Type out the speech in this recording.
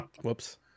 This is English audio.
Whoops